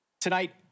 Tonight